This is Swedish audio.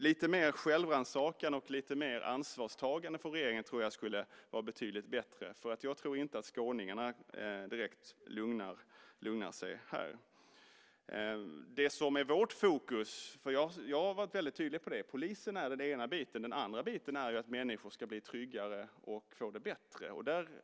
Lite mer självrannsakan och ansvarstagande från regeringen skulle vara betydligt bättre. Jag tror nämligen inte att skåningarna känner sig särskilt lugna av det som sagts här. Polisen är den ena biten av vårt fokus, vilket jag varit väldigt tydlig med att säga. Den andra biten är att människor ska bli tryggare och få det bättre.